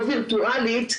ולא ווירטואלית,